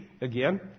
again